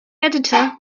editor